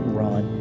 run